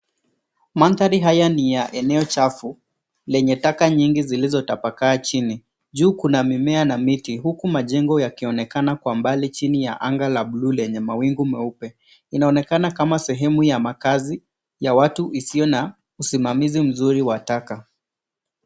Mandhari haya ni ya eneo chafu lenye taka nyingi zilizotapakaa chini, juu kuna mimea na miti huku majengo yakionekana kwa mbali chini ya anga la bluu lenye mawingu meupe. Inaonekana kama sehemu ya makazi ya watu isiyo na usimamizi mzuri wa taka.